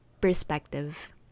perspective